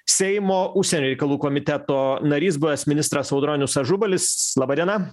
seimo užsienio reikalų komiteto narys buvęs ministras audronius ažubalis laba diena